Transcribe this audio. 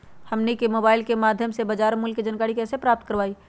हमनी के मोबाइल के माध्यम से बाजार मूल्य के जानकारी कैसे प्राप्त करवाई?